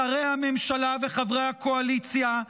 שרי הממשלה וחברי הקואליציה,